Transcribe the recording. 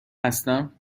هستم